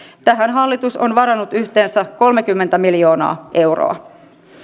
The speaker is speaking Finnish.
tähän hallitus on varannut yhteensä kolmekymmentä miljoonaa euroa